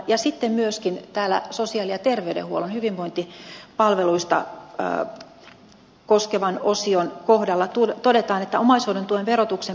ja sitten myöskin täällä sosiaali ja terveydenhuollon hyvinvointipalveluita koskevan osion kohdalla todetaan että omaishoidon tuen verotuksen poistomahdollisuus arvioidaan